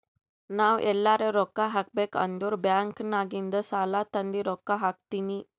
ನಾವ್ ಎಲ್ಲಾರೆ ರೊಕ್ಕಾ ಹಾಕಬೇಕ್ ಅಂದುರ್ ಬ್ಯಾಂಕ್ ನಾಗಿಂದ್ ಸಾಲಾ ತಂದಿ ರೊಕ್ಕಾ ಹಾಕ್ತೀನಿ